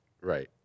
Right